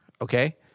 okay